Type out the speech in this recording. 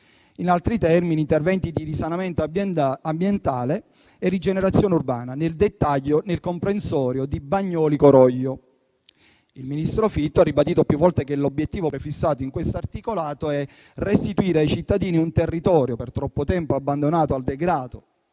in altri termini, interventi di risanamento ambientale e rigenerazione urbana (nel dettaglio, nel comprensorio di Bagnoli-Coroglio). Il ministro Fitto ha ribadito più volte che l'obiettivo prefissato in questo articolato è restituire ai cittadini un territorio per troppo tempo abbandonato al degrado